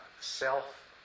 self